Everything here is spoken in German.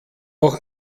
auch